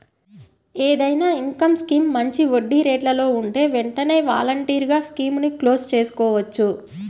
ఏదైనా income scheme మంచి వడ్డీరేట్లలో ఉంటే వెంటనే వాలంటరీగా స్కీముని క్లోజ్ చేసుకోవచ్చు